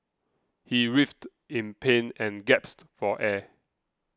he writhed in pain and gasped for air